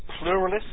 pluralist